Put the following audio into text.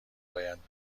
باید